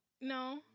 No